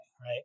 right